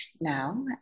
now